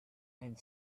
and